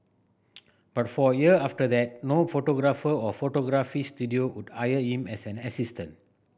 but for a year after that no photographer or photography studio would hire him as an assistant